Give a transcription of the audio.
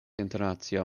internacia